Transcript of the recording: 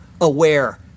aware